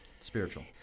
spiritual